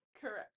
Correct